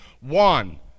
one